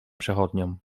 przechodniom